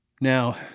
Now